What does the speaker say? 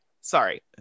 sorry